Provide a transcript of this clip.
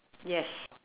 yes